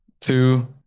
Two